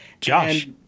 Josh